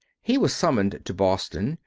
he was summoned to boston,